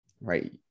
right